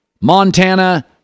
Montana